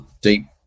deep